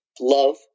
love